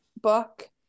book